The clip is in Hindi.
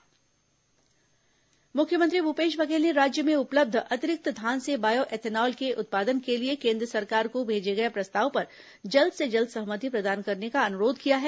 मुख्यमंत्री प्रधानमंत्री पत्र मुख्यमंत्री भूपेश बघेल ने राज्य में उपलब्ध अतिरिक्त धान से बायो एथेनॉल के उत्पादन के लिए केन्द्र सरकार को भेजे गए प्रस्ताव पर जल्द से जल्द सहमति प्रदान करने का अनुरोध किया है